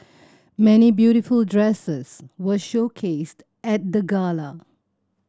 many beautiful dresses were showcased at the gala